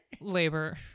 labor